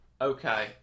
Okay